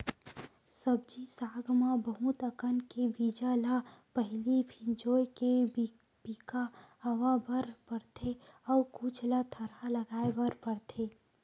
सब्जी साग म बहुत अकन के बीजा ल पहिली भिंजोय के पिका अवा बर परथे अउ कुछ ल थरहा लगाए बर परथेये